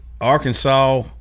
Arkansas